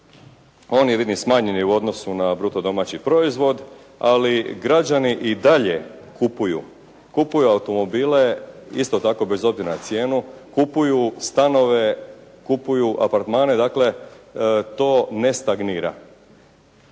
on je jedini smanjen u odnosu na bruto domaći proizvod, ali građani i dalje kupuju. Kupuju automobile, isto tako bez obzira na cijenu, kupuju stanove, kupuju apartmane, dakle to ne stagnira.